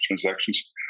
transactions